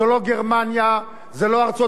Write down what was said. זאת לא גרמניה, זאת לא ארצות-הברית.